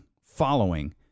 following